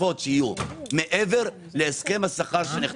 התוספות שיהיו מעבר לשכר.